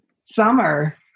summer